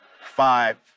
five